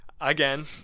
again